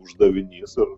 uždavinys ir